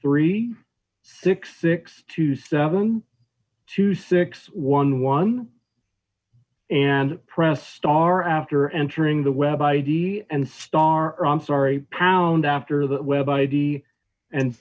three six six two seven two six one one and press star after entering the web i d and star or i'm sorry a pound after that web i d and